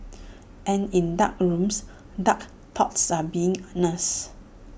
and in dark rooms dark thoughts are being nursed